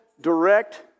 direct